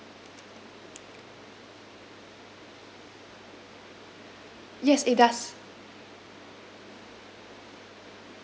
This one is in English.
yes it does